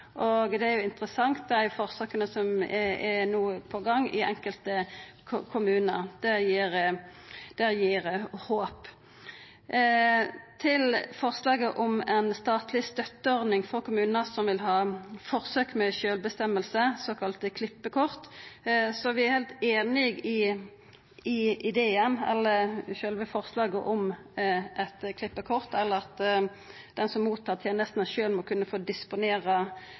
Det er interessante forsøk som no er i gang i enkelte kommunar. Det gir håp. Til forslaget om ei statleg støtteordning for kommunar som vil ha forsøk med det å bestemma sjølve, såkalla klippekort: Vi er heilt einige i ideen, eller sjølve forslaget, om eit klippekort: at den som mottar tenestene, sjølv må kunna disponera